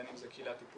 בין אם זה קהילה טיפולים